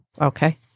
Okay